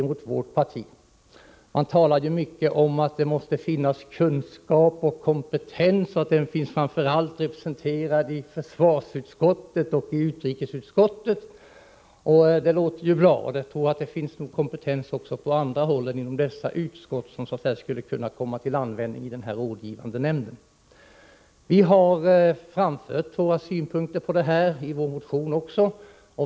Man talar mycket om att det måste finnas kunskap och kompetens, som framför allt finns i försvarsutskottet och utrikesutskottet. Det låter ju bra, men jag tror att det finns kompetens även på andra håll än i dessa utskott, som alltså skulle bli representerade i den rådgivande nämnden. Vi har framfört våra synpunkter på detta i vår motion.